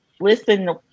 listen